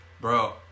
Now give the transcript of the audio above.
Bro